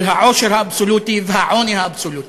על העושר האבסולוטי והעוני האבסולוטי.